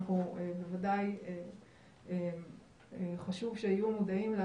בוודאי חשוב שיהיו מודעים.